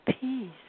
peace